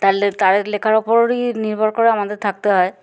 তাহলে তারাদের লেখার ওপরই নির্ভর করে আমাদের থাকতে হয়